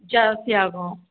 ஜாஸ்தியாகும்